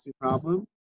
problem